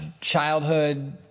childhood